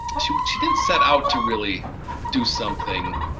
so but she didn't set out to really do something